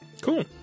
Cool